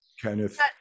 Kenneth